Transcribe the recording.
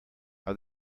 are